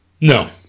No